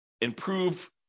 improve